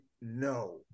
no